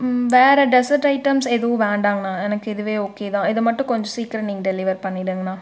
வேற dessert items எதுவும் வேண்டாங்ண்ணா எனக்கு இதுவே ஓகே தான் இதை மட்டும் கொஞ்சம் சீக்கரம் நீங்கள் டெலிவர் பண்ணிடுங்ண்ணா